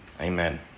Amen